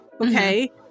okay